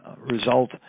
result